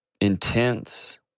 intense